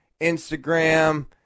Instagram